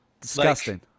Disgusting